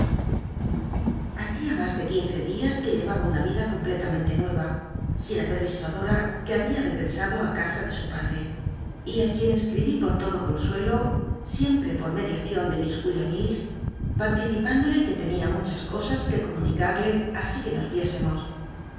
hacia mas de quince dias que llc aba una ida completamente nueva sin haber isto i dom qur babia rcgr ado á casa de su padre y ü ruicn escribí por lodo consuelo siempre por mediacion de miss jul ia milis particip indole que ten ia muchas cosas qu e comunicarle así que nos